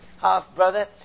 Half-brother